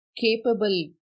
capable